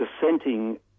dissenting